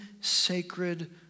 sacred